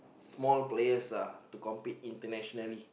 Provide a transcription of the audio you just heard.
small players lah to compete internationally